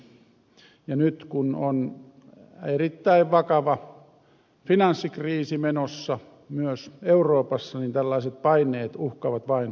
nyt kun on erittäin vakava finanssikriisi menossa myös euroopassa tällaiset paineet uhkaavat vain kasvaa